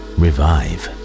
revive